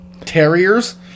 Terriers